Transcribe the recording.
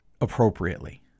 appropriately